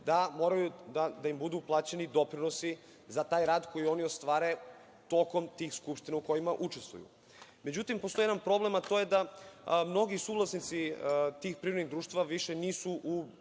da moraju da im budu plaćeni doprinosi za taj rad koji oni ostvare tokom tih skupština u kojima učestvuju.Međutim, postoji jedan problem, a to je da mnogi suvlasnici tih privrednih društava više nisu u